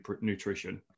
nutrition